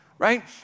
right